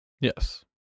Yes